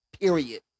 Period